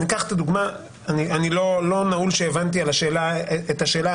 אני לא נעול שהבנתי את השאלה,